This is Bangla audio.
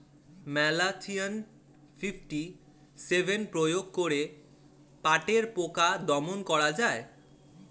ম্যালাথিয়ন ফিফটি সেভেন প্রয়োগ করে পাটের পোকা দমন করা যায়?